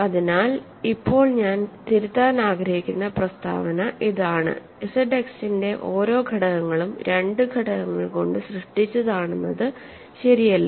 അതിനാൽ ഇപ്പോൾ ഞാൻ തിരുത്താൻ ആഗ്രഹിക്കുന്ന പ്രസ്താവന ഇതാണ് ZX ന്റെ ഓരോ ഘടകങ്ങളും 2 ഘടകങ്ങൾ കൊണ്ട് സൃഷ്ടിച്ചതാണെന്നത് ശരിയല്ല